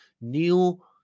new